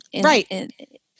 right